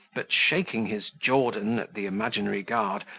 but, shaking his jordan at the imaginary guard,